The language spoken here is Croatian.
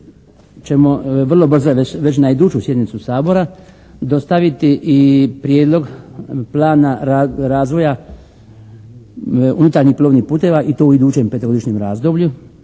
ćemo vrlo brzo već na iduću sjednicu Sabora dostaviti i prijedlog plana razvoja unutarnjih plovnih puteva i to u idućem 5-godišnjem razdoblju,